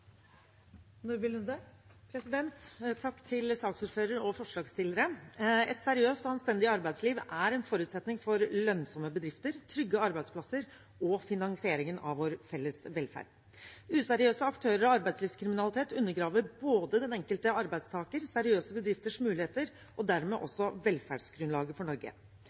en forutsetning for lønnsomme bedrifter, trygge arbeidsplasser og finansieringen av vår felles velferd. Useriøse aktører og arbeidslivskriminalitet undergraver både den enkelte arbeidstakers og seriøse bedrifters muligheter og dermed også velferdsgrunnlaget for Norge.